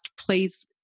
please